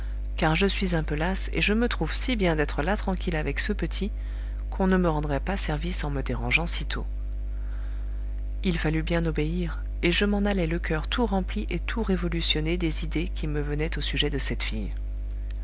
car je suis un peu lasse et je me trouve si bien d'être là tranquille avec ce petit qu'on ne me rendrait pas service en me dérangeant sitôt il fallut bien obéir et je m'en allai le coeur tout rempli et tout révolutionné des idées qui me venaient au sujet de cette fille